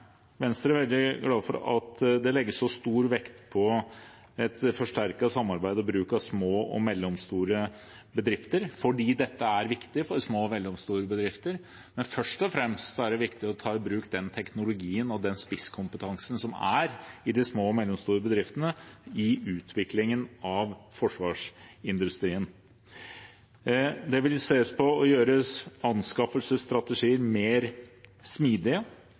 stor vekt på et forsterket samarbeid og bruk av små og mellomstore bedrifter. Det er viktig for små og mellomstore bedrifter, men først og fremst er det viktig å ta i bruk den teknologien og den spisskompetansen som er i de små og mellomstore bedriftene i utviklingen av forsvarsindustrien. Det vil ses på å gjøre anskaffelsesstrategier mer smidige